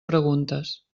preguntes